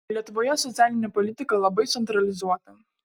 lietuvoje socialinė politika labai centralizuota